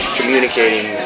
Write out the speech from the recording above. communicating